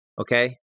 Okay